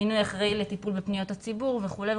מינוי אחראי לטיפול בפניות הציבור וכולי,